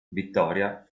vittoria